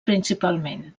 principalment